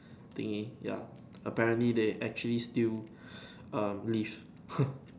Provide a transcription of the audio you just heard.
thingy ya apparently they actually still um live